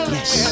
Yes